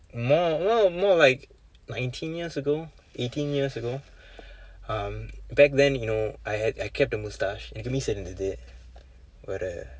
more no more like nineteen years ago eighteen years ago um back then you know I had I kept a mustache எனக்கு மீசை இருந்தது வேற:enakku miisai irundthathu veera